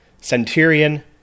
Centurion